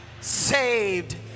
saved